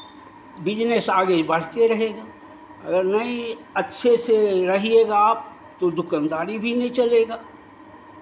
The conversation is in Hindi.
बिज़नेस आगे बढ़ते रहेगा अगर नहीं अच्छे से रहियेगा आप तो दुकानदारी भी नहीं चलेगा